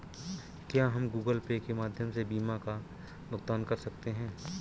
क्या हम Google Pay के माध्यम से बीमा का भुगतान कर सकते हैं?